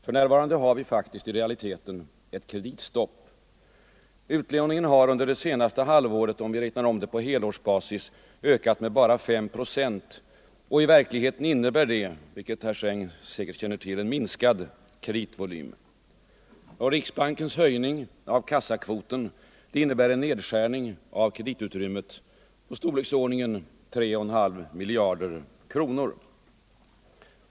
För närvarande har vi faktiskt i realiteten ett kreditstopp. Utlåningen har under det senaste halvåret om vi räknar om det på helårsbasis ökat med bara 5 procent. I verkligheten innebär det, vilket herr Sträng säkerligen känner till, en minskad kreditvolym. Riksbankens höjning av kassakvoten innebär en nedskärning av kreditutrymmet i storleksordningen 3,5 miljarder kronor.